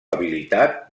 habilitat